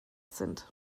sind